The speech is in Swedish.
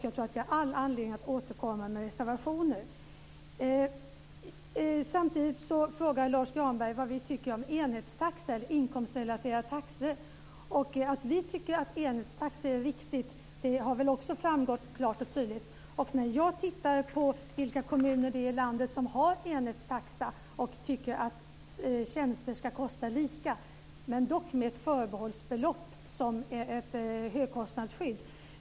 Jag tror att vi får all anledning att återkomma med reservationer. Samtidigt frågar Lars Granberg vad vi tycker om enhetstaxa eller inkomstrelaterade taxor. Vi tycker att enhetstaxor är viktiga. Det har väl också framgått klart och tydligt. Jag har tittat på vilka kommuner i landet som har enhetstaxa och tycker att tjänster ska kosta lika - det ska dock finnas ett förbehållsbelopp som ett högkostnadsskydd.